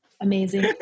amazing